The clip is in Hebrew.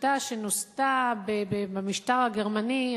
שיטה שנוסתה במשטר הגרמני.